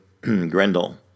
Grendel